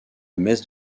messe